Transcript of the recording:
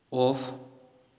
off